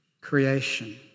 creation